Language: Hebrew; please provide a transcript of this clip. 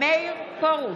מאיר פרוש,